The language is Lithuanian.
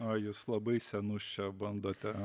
o jūs labai senus čia bandote